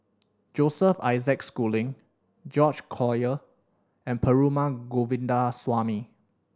Joseph Isaac Schooling George Collyer and Perumal Govindaswamy